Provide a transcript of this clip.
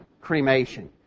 cremation